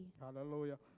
Hallelujah